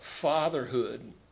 fatherhood